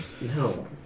No